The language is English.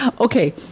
Okay